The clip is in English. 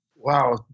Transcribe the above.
Wow